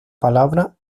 palabra